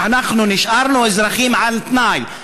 אנחנו נשארנו אזרחים על-תנאי.